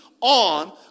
on